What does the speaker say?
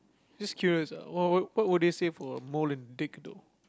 just curious ah w~ what what would they say for mole and dick though